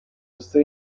غصه